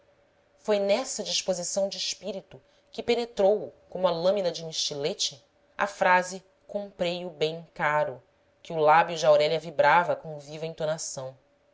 foi nessa disposição de espírito que penetrou o como a lâmina de um estilete a frase comprei o bem caro que o lábio de aurélia vibrava com viva entonação